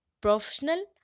professional